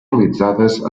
realitzades